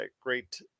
great